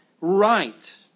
right